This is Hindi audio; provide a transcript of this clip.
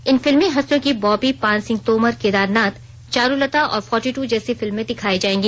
इन फिल्मी हस्तियों की बॉबी पान सिंह तोमर केदारनाथ चारुलता और फोर्टी टू जैसी फिल्में दिखाई जायेंगी